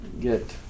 get